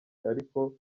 ariko